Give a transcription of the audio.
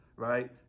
right